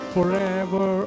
Forever